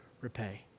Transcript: repay